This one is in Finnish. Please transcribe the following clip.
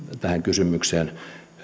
tähän kysymykseen